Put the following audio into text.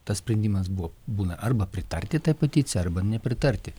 tas sprendimas buvo būna arba pritarti tai peticijai arba nepritarti